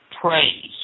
Praise